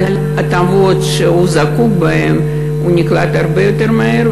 ההטבות שהוא זקוק להן הוא נקלט הרבה יותר מהר,